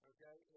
Okay